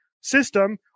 system